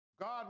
God